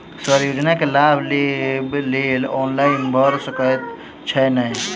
Sir योजना केँ लाभ लेबऽ लेल ऑनलाइन भऽ सकै छै नै?